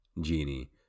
Genie